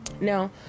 Now